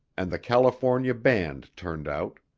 and the california band turned out.